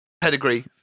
Pedigree